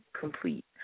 complete